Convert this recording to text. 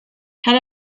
had